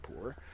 poor